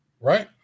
right